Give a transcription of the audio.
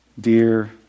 dear